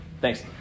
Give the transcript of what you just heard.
Thanks